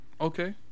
Okay